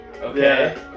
okay